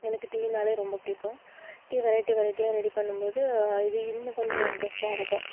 எனக்கு டீனாலே ரொம்ப பிடிக்கும் டீ வெரைட்டி வெரைட்டியாக ரெடி பண்ணும்போது இது இன்னும் கொஞ்சம் இன்ட்ரெஸ்ட்டாக இருக்கும்